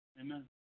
Amen